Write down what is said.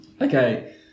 Okay